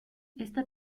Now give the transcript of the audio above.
esta